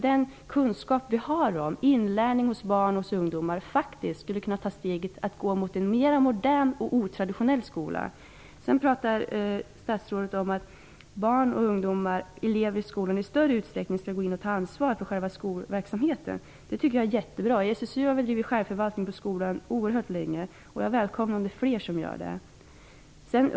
Med den kunskap vi har om inlärning hos barn och ungdomar borde vi faktiskt kunna ta steget mot en mer modern och inte så traditionell skola. Statsrådet säger också att barn och ungdomar som elever i skolan i större utsträckning skall gå in och ta ansvar för själva skolverksamheten. Det tycker jag är jättebra. I SSU har vi drivit frågan om självförvaltning inom skolan oerhört länge, och jag välkomnar att fler gör det.